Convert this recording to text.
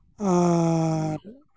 ᱟᱨᱻ